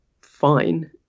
fine